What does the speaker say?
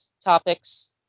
topics